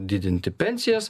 didinti pensijas